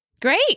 Great